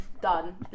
done